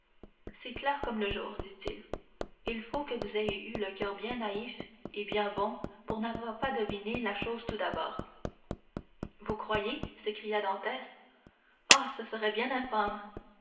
c'est clair comme le jour dit-il il faut que vous ayez eu le coeur bien naïf et bien bon pour n'avoir pas deviné la chose tout d'abord vous croyez s'écria dantès ah ce serait bien infâme